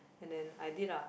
and then I did ah